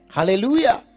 Hallelujah